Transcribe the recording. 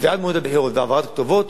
קביעת מועד הבחירות והעברת כתובות,